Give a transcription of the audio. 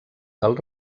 del